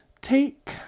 take